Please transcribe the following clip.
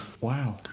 Wow